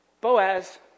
Boaz